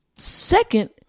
Second